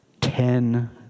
ten